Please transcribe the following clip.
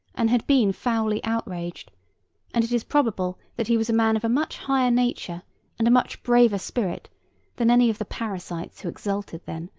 and had been foully outraged and it is probable that he was a man of a much higher nature and a much braver spirit than any of the parasites who exulted then,